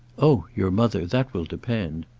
oh your mother that will depend.